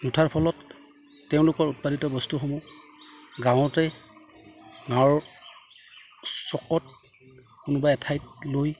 নুঠাৰ ফলত তেওঁলোকৰ উৎপাদিত বস্তুসমূহ গাঁৱতে গাঁৱৰ চকত কোনোবা এঠাইত লৈ